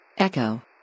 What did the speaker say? Echo